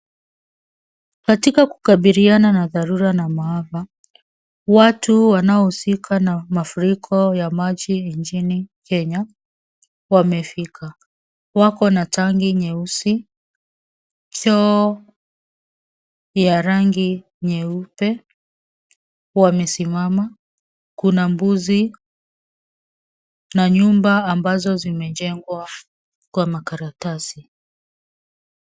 Katika kukabiliana na dharura na maafa, watu wanaohusika na mafuriko ya maji nchini Kenya wamefika. Wako na tanki nyeusi, choo ya rangi nyeupe. Wamesimama. Kuna mbuzi na nyumba ambazo zimejengwa kwa makaratasi.